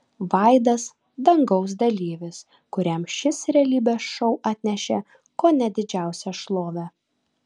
vaidas dangaus dalyvis kuriam šis realybės šou atnešė kone didžiausią šlovę